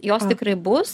jos tikrai bus